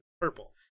purple